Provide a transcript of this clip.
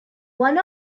one